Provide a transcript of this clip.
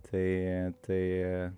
tai tai